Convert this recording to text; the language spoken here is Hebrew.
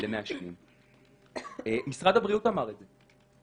אנחנו קצת מכירים את הענף הזה גם עם ההתנהלות שלו האירופאית.